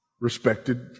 respected